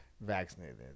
vaccinated